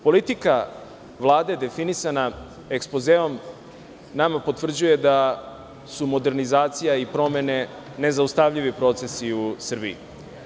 Politika Vlade definisana ekspozeom nama potvrđuje da su modernizacija i promene nezaustavljivi procesi u Srbiji.